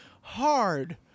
Hard